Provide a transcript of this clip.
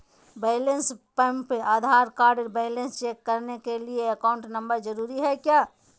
Balance pump Aadhaar card balance check करने के लिए अकाउंट नंबर जरूरी है क्या?